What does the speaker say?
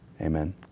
Amen